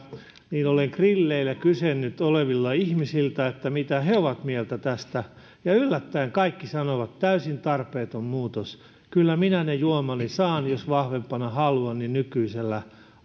olen kysynyt grilleillä olevilta ihmisiltä mitä he ovat mieltä tästä ja yllättäen kaikki sanovat täysin tarpeeton muutos kyllä minä ne juomani saan jos vahvempana haluan nykyisellä